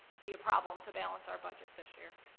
be a problem to balance our budget this year.